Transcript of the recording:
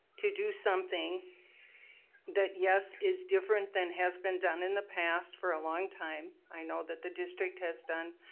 to do something that yes, is different than has been done in the past for a long time. i know that the district has done